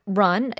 run